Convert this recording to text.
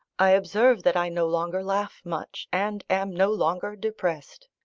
i observe that i no longer laugh much, and am no longer depressed.